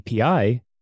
API